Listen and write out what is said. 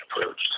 approached